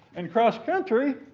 and cross country,